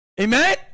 Amen